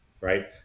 Right